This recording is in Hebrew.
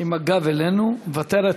עם הגב אלינו, מוותרת,